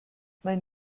mein